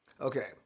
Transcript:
Okay